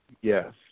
Yes